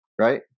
right